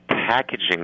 packaging